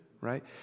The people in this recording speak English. right